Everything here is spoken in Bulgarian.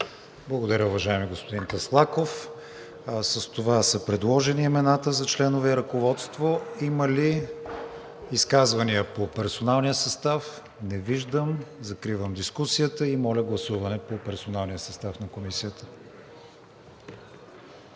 Благодаря, уважаеми господин Таслаков. С това са предложени имената за членове и ръководство. Има ли изказвания по персоналния състав? Не виждам. Закривам дискусията. Моля за гласуване по персоналния състав на Комисията.